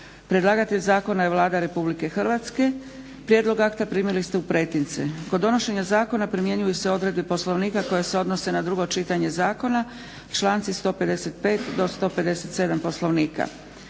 Predlagatelj Zakona je Vlada RH. Prijedlog akta primili ste u pretince. Kod donošenja zakona primjenjuju se odredbe Poslovnika koje se odnose na drugo čitanje zakona članci 155. do 157. Poslovnika.